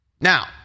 Now